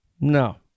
No